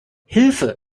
hilfe